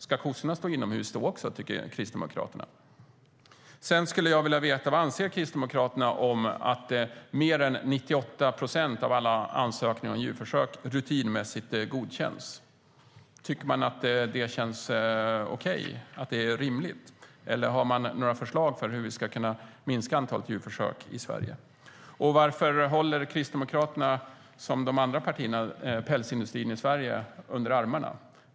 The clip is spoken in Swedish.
Tycker Kristdemokraterna att kossorna ska stå inomhus då också? Vad anser Kristdemokraterna om att mer än 98 procent av alla ansökningar om djurförsök rutinmässigt godkänns? Tycker man att det känns okej och är rimligt, eller har man några förslag på hur vi ska kunna minska antalet djurförsök i Sverige? Varför håller Kristdemokraterna som de andra partierna pälsindustrin i Sverige under armarna?